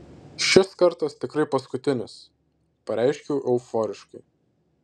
šis kartas tikrai paskutinis pareiškiau euforiškai